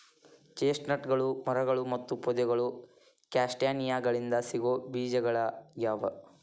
ಚೆಸ್ಟ್ನಟ್ಗಳು ಮರಗಳು ಮತ್ತು ಪೊದೆಗಳು ಕ್ಯಾಸ್ಟಾನಿಯಾಗಳಿಂದ ಸಿಗೋ ಬೇಜಗಳಗ್ಯಾವ